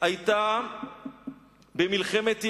היתה במלחמת ישע,